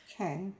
Okay